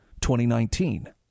2019